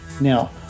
Now